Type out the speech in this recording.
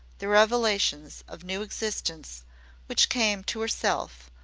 the revelations of new existence which came to herself,